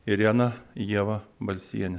irena ieva balsienė